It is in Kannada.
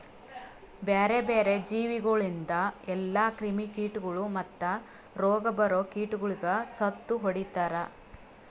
ಬ್ಯಾರೆ ಬ್ಯಾರೆ ಜೀವಿಗೊಳಿಂದ್ ಎಲ್ಲಾ ಕ್ರಿಮಿ ಕೀಟಗೊಳ್ ಮತ್ತ್ ರೋಗ ಬರೋ ಕೀಟಗೊಳಿಗ್ ಸತ್ತು ಹೊಡಿತಾರ್